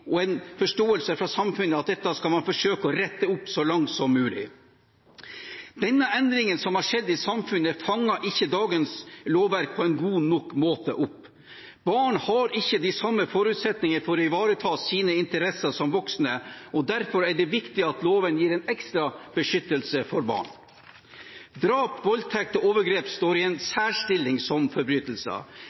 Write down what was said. med en forståelse fra samfunnet om at man skal forsøke å rette opp dette, så langt som mulig. Denne endringen som har skjedd i samfunnet, fanger ikke dagens lovverk opp på en god nok måte. Barn har ikke de samme forutsetninger som voksne for å ivareta sine interesser, og derfor er det viktig at loven gir en ekstra beskyttelse for barn. Drap, voldtekt og overgrep står i en særstilling som forbrytelser.